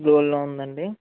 బ్లూలో ఉందండి